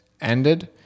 ended